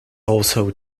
also